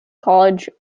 college